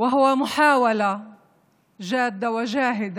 שהיא ניסיון רציני ומאומץ